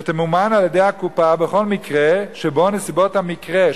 שתמומן על-ידי הקופה בכל מקרה שבו נסיבות המקרה,